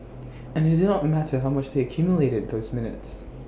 and IT did not matter how much they accumulated those minutes